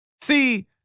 See